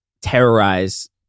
terrorize